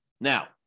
Now